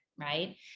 right